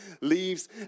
leaves